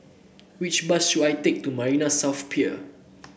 which bus should I take to Marina South Pier